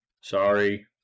Sorry